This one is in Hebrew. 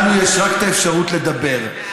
לנו יש רק את האפשרות לדבר.